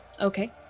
Okay